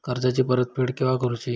कर्जाची परत फेड केव्हा करुची?